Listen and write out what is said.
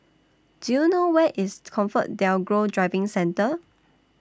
Do YOU know Where IS ComfortDelGro Driving Centre